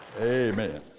Amen